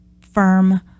firm